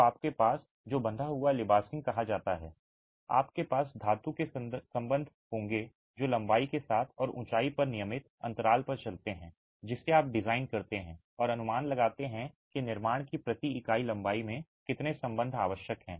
तो आपके पास जो बंधा हुआ लिबासिंग कहा जाता है आपके पास धातु के संबंध होंगे जो लंबाई के साथ और ऊंचाई पर नियमित अंतराल पर चलते हैं जिसे आप डिज़ाइन करते हैं और अनुमान लगाते हैं कि निर्माण की प्रति इकाई लंबाई में कितने संबंध आवश्यक हैं